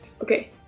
Okay